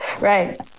right